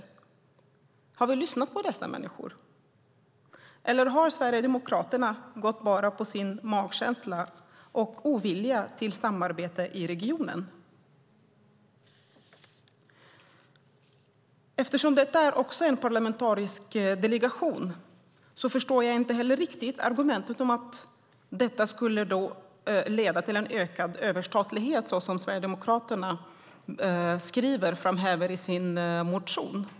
Har Sverigedemokraterna lyssnat på dessa människor, eller har de bara gått på sin magkänsla och ovilja till samarbete i regionen? Eftersom detta också är en parlamentarisk delegation förstår jag inte riktigt argumentet att det här skulle leda till en ökad överstatlighet som Sverigedemokraterna framhäver i sin motion.